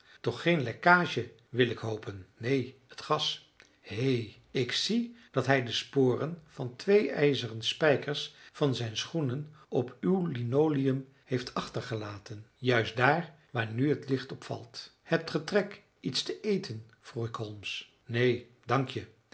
toch geen lekkage wil ik hopen neen het gas hé ik zie dat hij de sporen van twee ijzeren spijkers van zijn schoenen op uw linoleum heeft achtergelaten juist daar waar nu het licht op valt hebt ge trek iets te eten vroeg ik holmes neen dank je